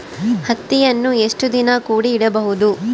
ಹತ್ತಿಯನ್ನು ಎಷ್ಟು ದಿನ ಕೂಡಿ ಇಡಬಹುದು?